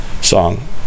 song